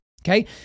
Okay